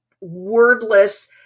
wordless